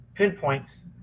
Pinpoints